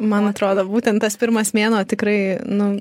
man atrodo būtent tas pirmas mėnuo tikrai nu